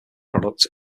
product